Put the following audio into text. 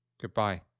Goodbye